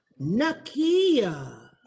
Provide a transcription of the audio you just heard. Nakia